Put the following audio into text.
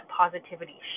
positivity